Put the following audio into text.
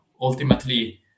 ultimately